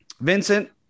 Vincent